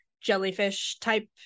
jellyfish-type